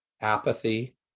apathy